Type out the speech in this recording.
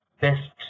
best